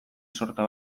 sorta